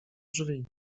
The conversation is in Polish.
drzwi